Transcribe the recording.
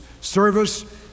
Service